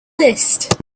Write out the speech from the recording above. list